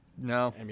No